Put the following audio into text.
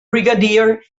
brigadier